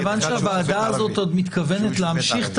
מכיוון שהוועדה הזאת עוד מתכוונת להמשיך את